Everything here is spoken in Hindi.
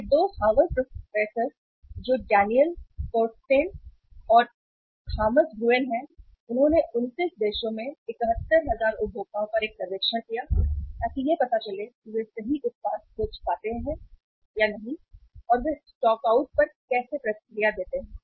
ये 2 हार्वर्ड प्रोफेसर जो डैनियल कोरस्टेन और थॉमस ग्रुएन हैं उन्होंने 29 देशों में 71000 उपभोक्ताओं पर एक सर्वेक्षण किया ताकि यह पता चले कि जब वे सही उत्पाद खोज नहीं पाते हैं और वे स्टॉकआउट पर कैसे प्रतिक्रिया देते हैं